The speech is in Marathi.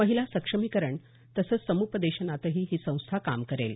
महिला सक्षमीकरण तसंच समुपदेशनातही ही संस्था काम करेल